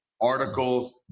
articles